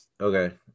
Okay